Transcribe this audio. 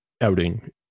outing